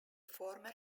former